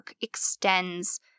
extends